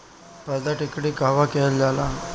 पारद टिक्णी कहवा कयील जाला?